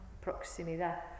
proximidad